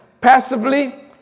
passively